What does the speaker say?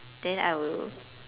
then I will